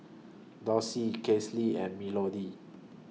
Dossie Kasely and Melodee